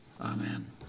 amen